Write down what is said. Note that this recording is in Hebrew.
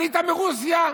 עלית מרוסיה,